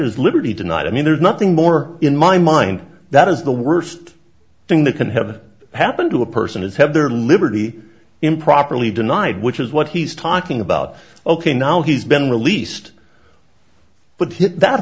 his liberty tonight i mean there's nothing more in my mind that is the worst thing that could have happened to a person is have their liberty improperly denied which is what he's talking about ok now he's been released but